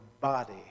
body